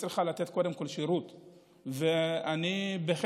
היא צריכה לתת קודם כול שירות.